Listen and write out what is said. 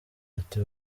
ati